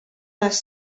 les